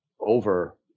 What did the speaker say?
over